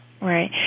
Right